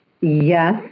Yes